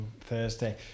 Thursday